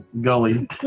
Gully